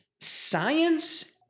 science